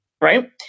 Right